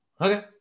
okay